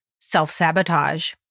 self-sabotage